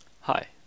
Hi